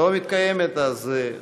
לא מתקיימת שם שום ישיבה.